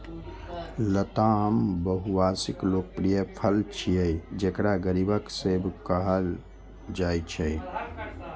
लताम बहुवार्षिक लोकप्रिय फल छियै, जेकरा गरीबक सेब कहल जाइ छै